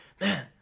man